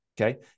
okay